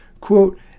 quote